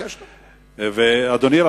אדוני,